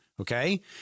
Okay